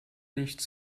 nichts